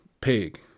Pig